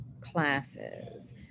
classes